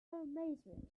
amazement